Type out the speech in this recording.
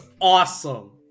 awesome